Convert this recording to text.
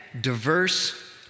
diverse